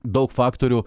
daug faktorių